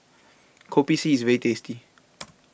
Kopi C IS very tasty